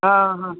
હં